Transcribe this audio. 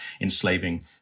enslaving